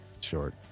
Short